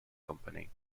company